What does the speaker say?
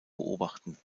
beobachten